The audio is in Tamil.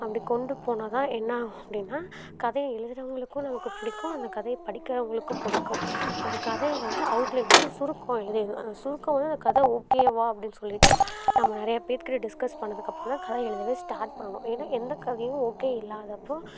அப்படி கொண்டு போனால்தான் என்னாகும் அப்படின்னா கதையை எழுதறவங்களுக்கும் நமக்கு பிடிக்கும் அந்த கதையை படிக்கிறவங்களுக்கும் பிடிக்கும் ஒரு கதையை வந்து அவுட்லைன் ஃபர்ஸ்டு சுருக்கம் எழுதிக்கணும் சுருக்கம் வந்து அந்த கதை ஓகேவா அப்படின்னு சொல்லிவிட்டு நம்ம நிறைய பேர்க்கிட்ட டிஸ்கஸ் பண்ணதுக்கப்புறந்தான் கதை எழுதவே ஸ்டார்ட் பண்ணணும் ஏன்னா எந்த கதையும் ஓகே இல்லாதப்போ